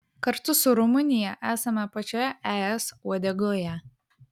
kartu su rumunija esame pačioje es uodegoje